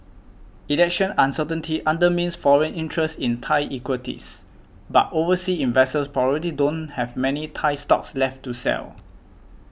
election uncertainty undermines foreign interest in Thai equities but overseas investors probably don't have many Thai stocks left to sell